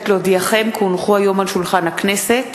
להודיעכם, כי הונחו היום על שולחן הכנסת,